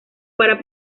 para